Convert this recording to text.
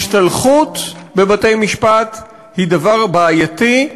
השתלחות בבתי-משפט היא דבר בעייתי,